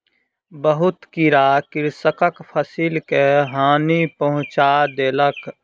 बहुत कीड़ा कृषकक फसिल के हानि पहुँचा देलक